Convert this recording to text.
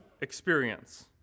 experience